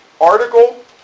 article